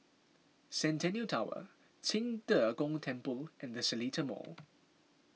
Centennial Tower Qing De Gong Temple and the Seletar Mall